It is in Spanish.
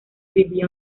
vivía